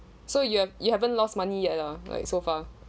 so you you haven't lost money yet lah like so far